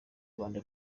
rwanda